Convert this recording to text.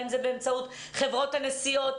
האם זה באמצעות חברות הנסיעות,